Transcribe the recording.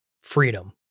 freedom